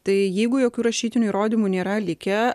tai jeigu jokių rašytinių įrodymų nėra likę